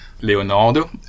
Leonardo